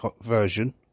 version